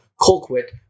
colquitt